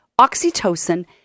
oxytocin